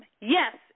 Yes